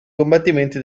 combattimenti